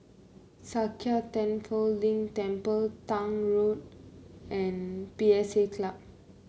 Sakya Tenphel Ling Temple Tank Road and P S A Club